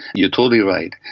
you're totally right.